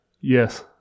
Yes